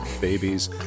babies